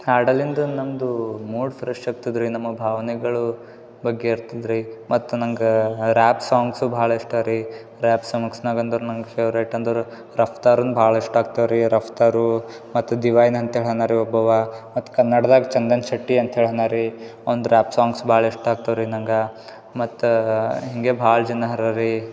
ಹಾಡಲಿಂದು ನಮ್ಮದು mood fresh ಆಗ್ತದೆ ರೀ ನಮ್ಮ ಭಾವನೆಗಳು ಬಗ್ಗೆ ಇರ್ತದೆ ರೀ ಮತ್ತು ನಂಗೆ ರ್ಯಾಪ್ ಸಾಂಗ್ಸು ಭಾಳ ಇಷ್ಟ ರೀ ರ್ಯಾಪ್ ಸಾಂಗ್ಸ್ನಾಗೆ ಅಂದರೆ ನಂಗೆ ಫೆವ್ರೇಟ್ ಅಂದರೆ ರಫ್ತಾರನ್ನ ಭಾಳ ಇಷ್ಟ ಆಗ್ತಾವೆ ರೀ ರಫ್ತಾರು ಮತ್ತು ಅಂತೇಳಿ ಅವ್ನ ರೀ ಒಬ್ಬ ಅವ ಮತ್ತು ಕನ್ನಡ್ದಾಗ ಚಂದನ್ ಶೆಟ್ಟಿ ಅಂತೇಳಿ ಅವನ ರೀ ಅವ್ನ ರ್ಯಾಪ್ ಸಾಂಗ್ಸ್ ಭಾಳ ಇಷ್ಟ ಆಗ್ತಾವು ರೀ ನಂಗೆ ಮತ್ತು ಹೀಗೆ ಭಾಳ ಜನ ಅವ್ರಾ ರೀ